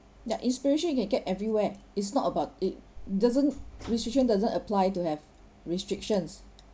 ya inspiration you can get everywhere it's not about it doesn't restriction doesn't apply to have restrictions